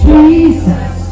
Jesus